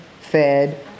fed